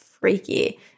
freaky